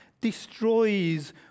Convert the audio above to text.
destroys